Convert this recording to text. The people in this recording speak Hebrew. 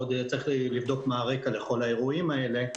עוד צריך לבדוק מה הרקע לכל האירועים האלה,